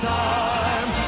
time